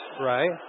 right